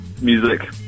music